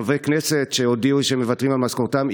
חברי כנסת שהודיעו שהם מוותרים על משכורתם,